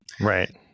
Right